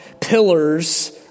pillars